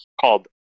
called